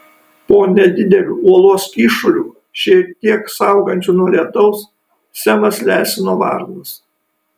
po nedideliu uolos kyšuliu šiek tiek saugančiu nuo lietaus semas lesino varnus